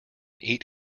eat